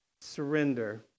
surrender